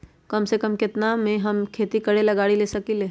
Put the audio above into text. कम से कम केतना में हम एक खेती करेला गाड़ी ले सकींले?